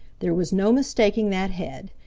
there was no mistaking that head.